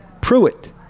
Pruitt